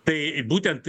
tai būtent